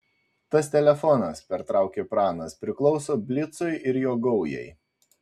tas telefonas pertraukė pranas priklauso blicui ir jo gaujai